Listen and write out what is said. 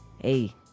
hey